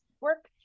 work